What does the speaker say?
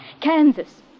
Kansas